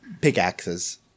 pickaxes